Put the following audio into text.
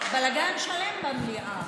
בלגן שלם במליאה.